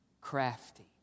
Crafty